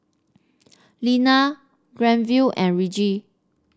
Linna Granville and Reggie